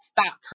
stop